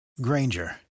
Granger